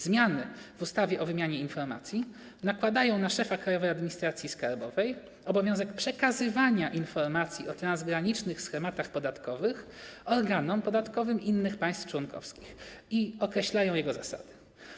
Zmiany w ustawie o wymianie informacji nakładają na szefa Krajowej Administracji Skarbowej obowiązek przekazywania informacji o transgranicznych schematach podatkowych organom podatkowym innych państw członkowskich i określają jego zasady.